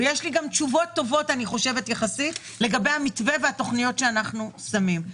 ויש לי גם תשובות טובות יחסית לגבי המתווה והתכניות שאנחנו שמים.